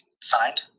Signed